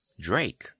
Drake